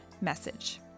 message